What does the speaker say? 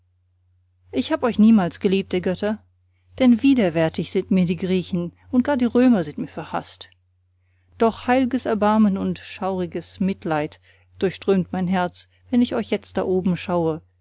ich hab euch niemals geliebt ihr götter denn widerwärtig sind mir die griechen und gar die römer sind mir verhaßt doch heilges erbarmen und schauriges mitleid durchströmt mein herz wenn ich euch jetzt da droben schaue